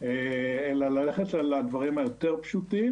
אלא ללכת אל הדברים היותר פשוט.